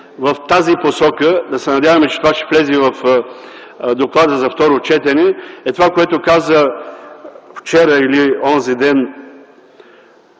в тази посока – да се надяваме, че това ще влезе в доклада за второ четене, е това, което каза вчера или онзи ден